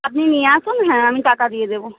আপনি নিয়ে আসুন হ্যাঁ আমি টাকা দিয়ে দেবো